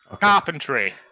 Carpentry